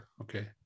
Okay